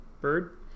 bird